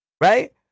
right